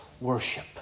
worship